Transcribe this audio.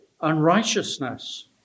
unrighteousness